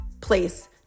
place